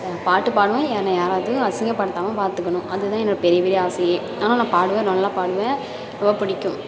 பாட்டு பாடுவேன் என்னை யாராவது அசிங்கப்படுத்தாமல் பார்த்துக்கணும் அதுதான் என்னோட பெரிய பெரிய ஆசையே ஆனால் நான் பாடுவேன் நல்லா பாடுவேன் ரொம்ப பிடிக்கும்